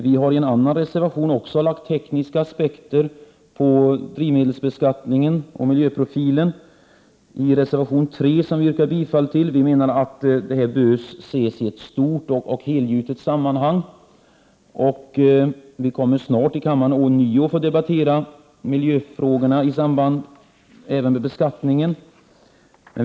Vi har i en annan reservation, nr 3, också lagt tekniska aspekter på drivmedelsbeskattningen och miljöprofilen. Jag yrkar bifall till denna reservation. Vi menar att denna fråga bör ses i ett stort och enhetligt sammanhang. Vi kommer snart i kammaren att ånyo få debattera miljöfrågorna även i samband med beskattningen.